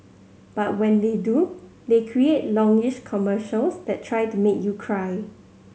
but when they do they create longish commercials that try to make you cry